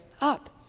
up